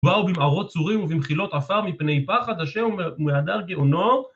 וואו, במערות צורים ובמחילות עפר מפני פחד השם הוא ומהדר גאונו.